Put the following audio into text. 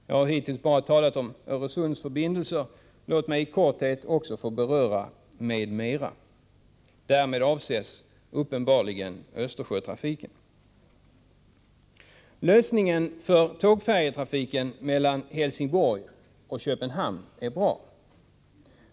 Jag har hittills bara talat om ”Öresundsförbindelser”. Låt mig i korthet också få beröra ”m.m.”. Därmed avses uppenbarligen Östersjötrafiken. Lösningen för tågfärjetrafiken mellan Helsingborg och Köpenhamn är bra.